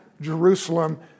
Jerusalem